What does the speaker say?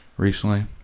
Recently